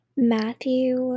Matthew